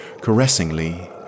caressingly